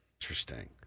Interesting